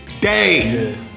day